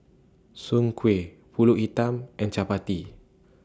Soon Kuih Pulut Hitam and Chappati